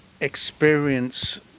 experience